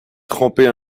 tromper